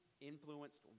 influenced